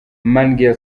magnell